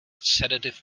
sedative